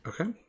Okay